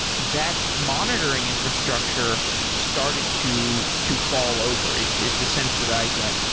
that monitoring infrastructure started to to fall over is is the sense that i get.